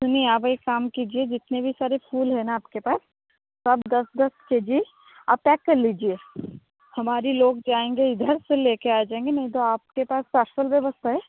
सुनिए आप एक काम कीजिए जितने भी सारे फूल है ना आपके पास सब दस दस के जी आप पैक कर लीजिए हमारे लोग जाएंगे इधर से लेके आ जाएंगे नहीं तो आपके पास पार्सल व्यवस्था है